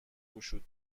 گشود